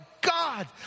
God